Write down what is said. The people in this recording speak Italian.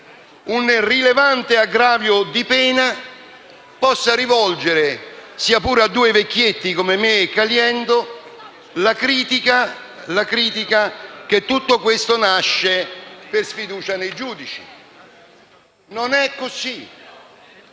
un rilevante aggravio di pena, possa rivolgere, sia pure a due vecchietti come me e il senatore Caliendo, la critica che tutto questo nasce per sfiducia nei giudici. Non è così.